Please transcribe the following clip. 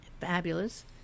fabulous